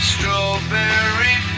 Strawberry